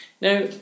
Now